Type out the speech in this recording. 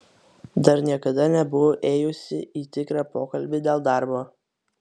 dar niekada nebuvau ėjusi į tikrą pokalbį dėl darbo